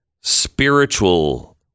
spiritual